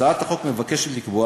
הצעת החוק מבקשת לקבוע